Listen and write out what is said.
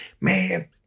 man